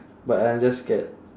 but I'm just scared